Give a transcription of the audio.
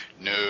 no